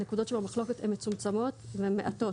הנקודות שבמחלוקת הן מצומצמות והן מעטות.